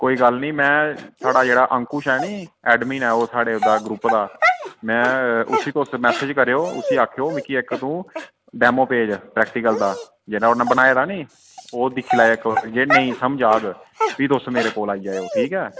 कोई गल्ल नि में साढ़ा जेह्ड़ा अंकुश ऐ नि ऐडमिन ऐ ओह् साढ़े ओह्दा ग्रुप दा में उसी तुस मैसेज करेओ उसी आखेओ मिगी इक तूं डेमो भेज प्रक्टिकल दा जेह्ड़ा उन्नै बनाए दा ऐ ओह् दिक्खी लैएयो इक बारी जे नेईं समझ आह्ग फ्ही तुस मेरे कोल आई जाएयो ठीक ऐ